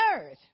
earth